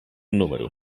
número